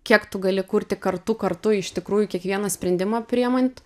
kiek tu gali kurti kartu kartu iš tikrųjų kiekvieną sprendimą priėmant